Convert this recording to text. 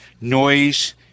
noise